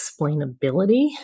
explainability